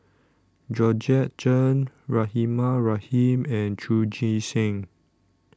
Georgette Chen Rahimah Rahim and Chu Chee Seng